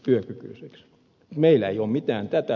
meillä ei ole mitään tätä